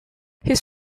his